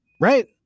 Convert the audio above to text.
right